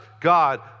God